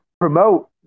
promote